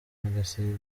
bagasigara